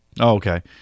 Okay